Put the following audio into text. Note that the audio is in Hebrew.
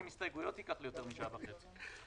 הסתייגויות ייקח לי יותר משעה וחצי.